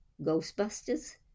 Ghostbusters